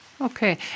Okay